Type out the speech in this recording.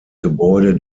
gebäude